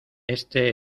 este